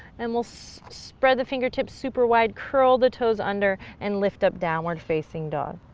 and we'll so spread the fingertips super wide, curl the toes under and lift up, downward facing dog.